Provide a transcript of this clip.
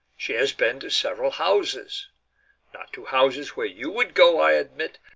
she has been to several houses not to houses where you would go, i admit,